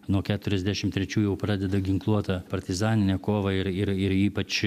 nuo keturiasdešimt trečių jau pradeda ginkluotą partizaninę kovą ir ir ypač